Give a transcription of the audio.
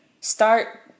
start